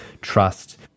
trust